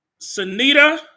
sunita